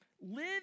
live